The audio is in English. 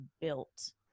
built